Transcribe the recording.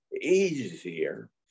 easier